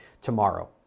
tomorrow